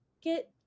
get